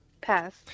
Pass